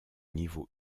niveau